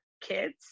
kids